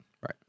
Right